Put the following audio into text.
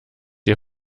ihr